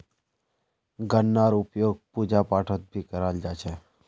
गन्नार उपयोग पूजा पाठत भी कराल जा छे